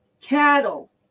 Cattle